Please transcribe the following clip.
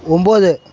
ஒம்போது